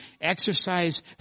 Exercise